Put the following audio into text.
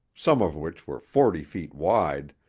some of which were forty feet wide,